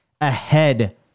ahead